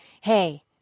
Hey